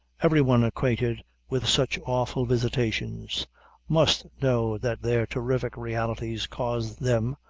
every one acquainted with such awful visitations must know that their terrific realities cause them,